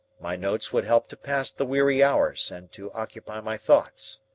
my notes would help to pass the weary hours and to occupy my thoughts.